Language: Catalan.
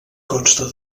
consta